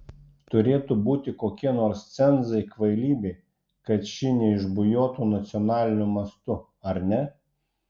turėtų būti kokie nors cenzai kvailybei kad ši neišbujotų nacionaliniu mastu ar ne